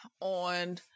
on